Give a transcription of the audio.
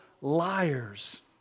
liars